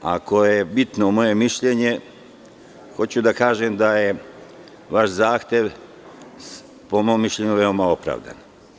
Ako je bitno moje mišljenje, hoću da kažem da je vaš zahtev po mom mišljenju veoma opravdan.